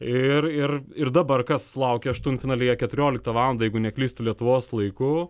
ir ir ir dabar kas laukia aštuntfinalyje keturioliktą valandą jeigu neklystu lietuvos laiku